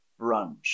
brunch